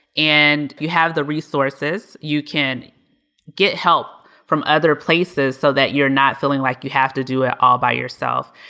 and you have the resources. you can get help from other places so that you're not feeling like you have to do it all by yourself.